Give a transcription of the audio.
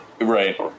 Right